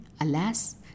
Alas